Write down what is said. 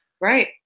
right